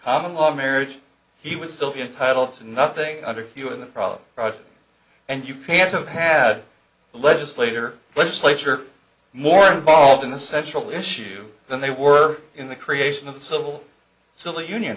common law marriage he was still be entitled to nothing under you in the problem and you have to have had a legislator legislature more involved in the central issue than they were in the creation of the civil civil union